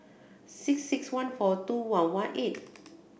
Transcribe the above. six six one four two one one eight